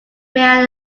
mayor